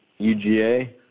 UGA